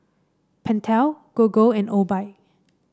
Pentel Gogo and Obike